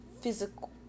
physical